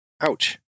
ouch